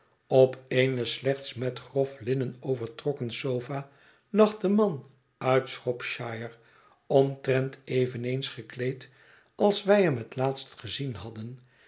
op eene slechts met grof linnen overtrokken sofa lag de man uit s h r o p shire omtrent eveneens gekleed als wij hem het laatst gezien hadden